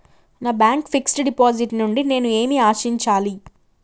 నా bank fixed deposit నుండి నేను ఏమి ఆశించాలి?